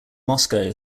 moscow